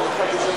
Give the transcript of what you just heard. לפני.